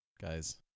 guys